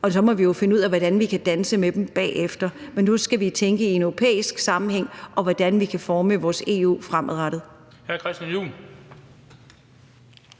og så må vi finde ud af, hvordan vi kan danse med dem bagefter. Men nu skal vi jo tænke i en europæisk sammenhæng og hvordan vi kan forme vores EU fremadrettet.